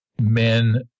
men